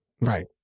Right